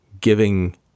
giving